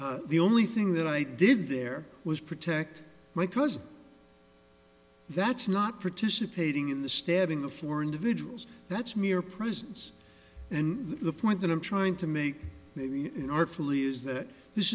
says the only thing that i did there was protect my cousin that's not participating in the stabbing the four individuals that's mere presence and the point that i'm trying to make maybe in artfully is that this